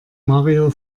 mario